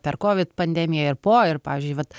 per kovid pandemiją ir po ir pavyzdžiui vat